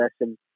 lesson